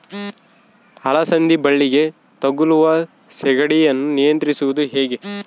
ಅಲಸಂದಿ ಬಳ್ಳಿಗೆ ತಗುಲುವ ಸೇಗಡಿ ಯನ್ನು ನಿಯಂತ್ರಿಸುವುದು ಹೇಗೆ?